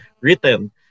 written